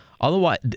Otherwise